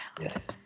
Yes